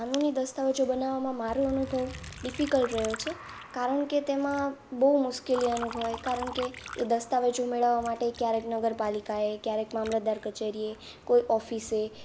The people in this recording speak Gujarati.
કાનુની દસ્તાવેજો બનાવવામાં મારો અનુભવ ડિફિકલ્ટ રહ્યો છે કારણ કે તેમાં બહુ મુશ્કેલી અનુભવાય છે કારણ કે એ દસ્તાવેજો મેળવવા માટે ક્યારેક નગરપાલિકાએ ક્યારેક મામલતદાર કચેરીએ કોઇ ઓફિસે